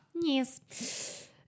yes